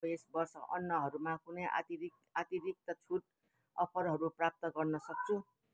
के म यस वर्ष अन्नहरूमा कुनै अतिरिक्त अतिरिक्त छुट अफरहरू प्राप्त गर्न सक्छु